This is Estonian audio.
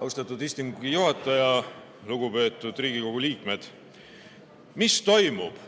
Austatud istungi juhataja! Lugupeetud Riigikogu liikmed! "Mis toimub?"